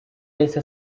yahise